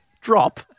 Drop